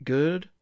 Good